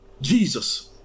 Jesus